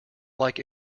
like